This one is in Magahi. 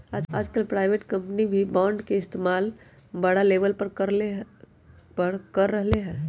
आजकल प्राइवेट कम्पनी भी बांड के इस्तेमाल बड़ा लेवल पर कर रहले है